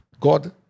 God